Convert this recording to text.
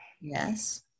Yes